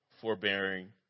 forbearing